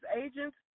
agents